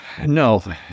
no